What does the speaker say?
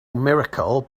miracle